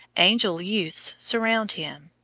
angel-youths surround him,